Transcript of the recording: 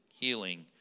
healing